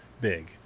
big